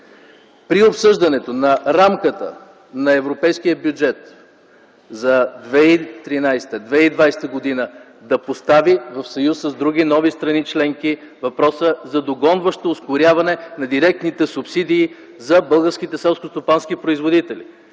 при обсъждането на рамката на европейския бюджет за 2013-2020 г. да постави, в съюз с други, нови страни членки, въпроса за догонващо ускоряване на директните субсидии за българските селскостопански производители?